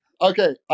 Okay